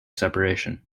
separation